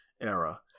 era